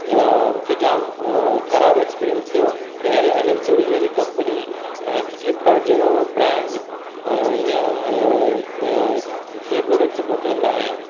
मूंखे जाम ख़राबु एक्सपीरिंयस थियो की एलेन सोली जहिड़ी कंपनी ऐं फ्लिपकाट जहिड़ो ब्रांड ईंअ कींअ प्रोडक्ट मोकिलींदा आहिनि